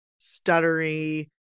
stuttery